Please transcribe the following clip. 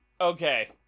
Okay